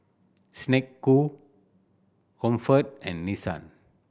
Snek Ku Comfort and Nissan